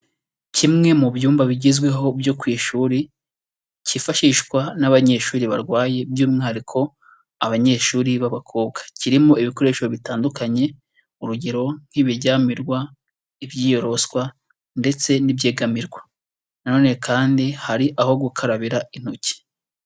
Kimwe mu byumba bigezweho byo ku ishuri, cyifashishwa n'abanyeshuri barwaye by'umwihariko abanyeshuri b'abakobwa, kirimo ibikoresho bitandukanye urugero nk'ibiryamirwa, iby'iyoroswa ndetse n'ibyegamirwa, na none kandi hari aho gukarabira intoki.